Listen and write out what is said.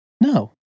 No